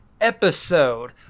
Episode